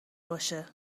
باشه